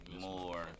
more